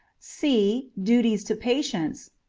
c. duties to patients.